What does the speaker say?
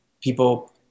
people